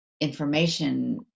information